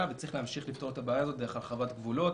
וצריך להמשיך לפתור את הבעיה הזאת דרך הרחבת גבולות